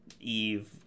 Eve